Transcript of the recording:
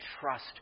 trust